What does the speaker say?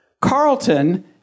Carlton